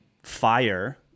fire